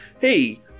hey